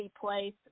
Place